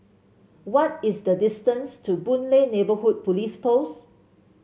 what is the distance to Boon Lay Neighbourhood Police Post